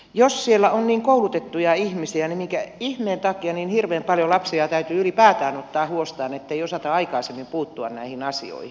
jos siellä on niin koulutettuja ihmisiä niin minkä ihmeen takia niin hirveän paljon lapsia täytyy ylipäätään ottaa huostaan ettei osata aikaisemmin puuttua näihin asioihin